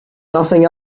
nothing